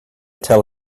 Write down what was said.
tell